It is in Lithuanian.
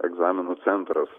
egzaminų centras